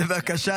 בבקשה.